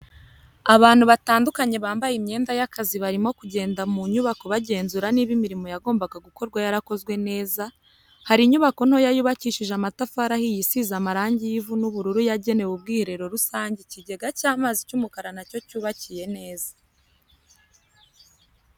Abantu batandukanye bambaye imyenda y'akazi barimo kugenda mu nyubako bagenzura niba imirimo yagombaga gukorwa yarakozwe neza, hari inyubako ntoya yubakishije amatafari ahiye isize amarangi y'ivu n'ubururu yagenewe ubwiherero rusange ikigega cy'amazi cy'umukara nacyo cyubakiye neza.